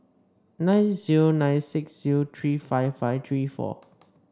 nine zero nine six zero three five five three four